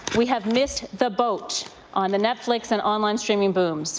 we have missed the boat on the netflix and online streaming boom. so